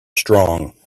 strong